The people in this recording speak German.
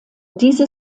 diese